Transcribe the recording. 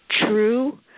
true